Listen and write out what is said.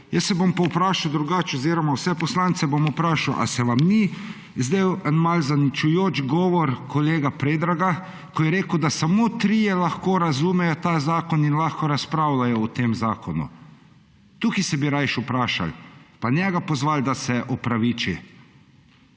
Jaz se bom pa vprašal drugače oziroma vse poslance bom vprašal, ali se vam ni zdel malo zaničujoč govor kolega Predraga, ko je rekel, da samo trije lahko razumejo ta zakon in lahko razpravljajo o tem zakonu. Tukaj bi se rajši vprašali, pa njega pozvali, da se opraviči.